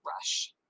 rush